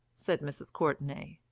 said mrs. courtenay,